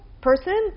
person